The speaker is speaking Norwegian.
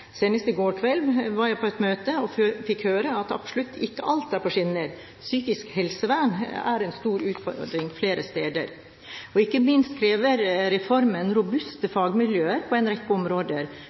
i går kveld var jeg på et møte og fikk høre at ikke absolutt alt går på skinner. Psykisk helsevern er en stor utfordring flere steder. Ikke minst krever reformen robuste fagmiljøer på en rekke områder,